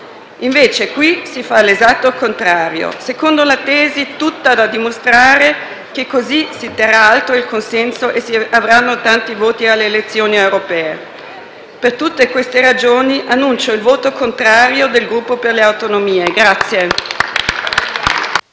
Invece qui si fa l'esatto contrario, secondo la tesi, tutta da dimostrare, che così si terrà alto il consenso e si avranno tanti voti alle elezioni europee. Per tutte queste ragioni, annuncio il voto contrario del Gruppo per le Autonomie.